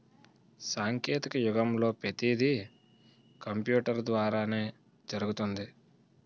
సాంకేతిక యుగంలో పతీది కంపూటరు ద్వారానే జరుగుతుంది